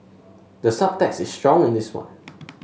the subtext is strong in this one